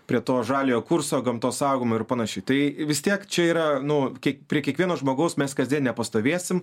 prie to žaliojo kurso gamtos saugojimo ir panašiai tai vis tiek čia yra nu kiek prie kiekvieno žmogaus mes kasdien nepastovėsim